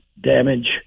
damage